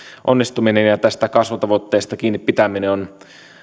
onnistuminen ja tästä kasvutavoitteesta kiinni pitäminen on